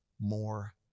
more